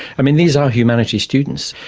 i mean, these are humanities students,